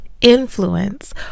influence